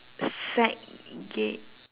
psychic